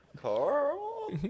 Carl